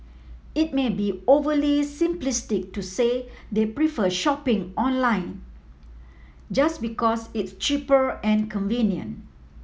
it may be overly simplistic to say they prefer shopping online just because it's cheaper and